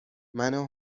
منو